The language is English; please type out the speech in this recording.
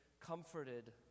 comforted